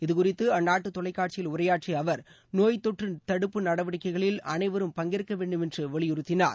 இதுகுறித்துஅந்நாட்டுதொலைக்காட்சியில் உரையாற்றியஅவர் நோய் தொற்றுதடுப்பு நடவடிக்கைகளில் அனைவரும் பங்கேற்கவேண்டுமென்றுவலியுறுத்தினார்